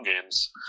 games